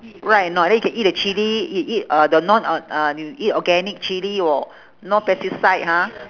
right or not then you can eat the chilli e~ eat uh the non o~ uh you eat organic chilli orh no pesticide ha